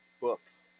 books